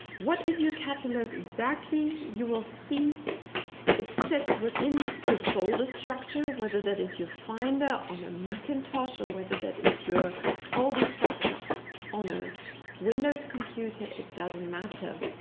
what is your catalogue exactly? you will see it sits within your folder structure, whether that is your finder on a mac, or and ah so whether that is your folder structure on a windows computer, it doesn't matter.